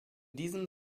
diesem